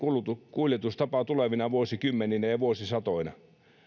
kuljetustapa tulevina vuosikymmeninä ja ja vuosisatoina